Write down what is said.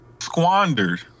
squandered